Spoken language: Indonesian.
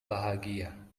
bahagia